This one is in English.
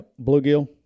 Bluegill